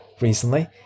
recently